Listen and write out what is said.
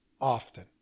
often